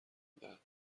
میدهد